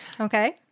Okay